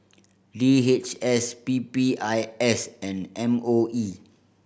D H S P P I S and M O E